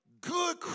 Good